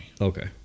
Okay